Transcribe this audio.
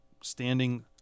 standing